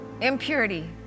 Impurity